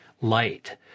light